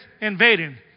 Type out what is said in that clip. invading